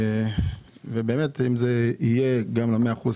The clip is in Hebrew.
אם אלה יהיו 100 האחוזים,